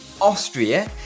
Austria